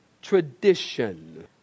Tradition